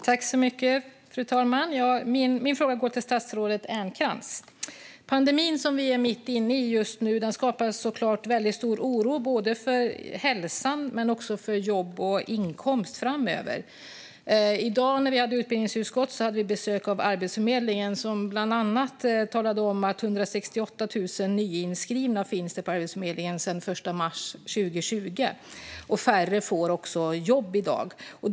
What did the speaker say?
Fru talman! Min fråga går till statsrådet Ernkrans. Den pandemi vi just nu är mitt inne i skapar såklart väldigt stor oro både för hälsan och för jobb och inkomst framöver. I dag hade vi i utbildningsutskottet besök av Arbetsförmedlingen, som bland annat talade om att man hade fått 168 000 nyinskrivna sedan den 1 mars 2020. Färre får också jobb i dag.